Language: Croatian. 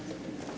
Hvala